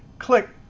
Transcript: click.